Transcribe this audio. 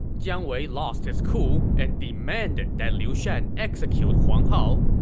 jiang wei lost his cool and demanded that liu shan execute huang hao,